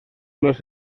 los